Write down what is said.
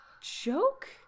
Joke